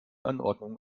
anordnungen